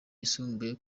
yisumbuye